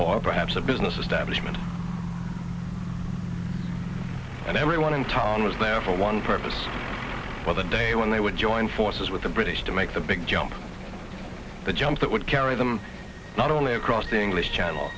or perhaps a business establishment and everyone in town was there for one purpose for the day when they would join forces with the british to make the big jump the jump that would carry them not only across the english channel